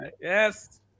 Yes